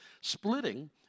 splitting